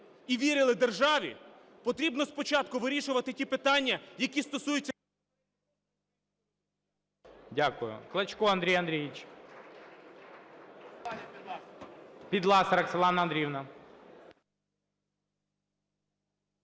і вірили державі потрібно спочатку вирішувати ті питання, які стосуються...